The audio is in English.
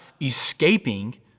escaping